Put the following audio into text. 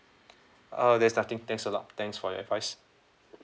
uh there's nothing thanks a lot thanks for your advice